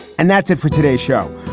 and that's it for today's show.